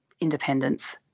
independence